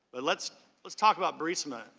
but lets lets talk about burisma,